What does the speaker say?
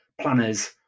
planners